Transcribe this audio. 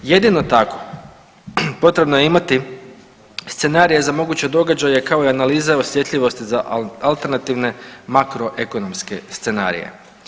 Jedino tako potrebno je imati scenarije za moguće događaje kao i analize o osjetljivosti za alternativne makroekonomske scenarije.